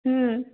হুম